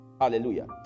Hallelujah